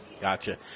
Gotcha